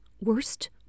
worst